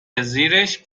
زیرش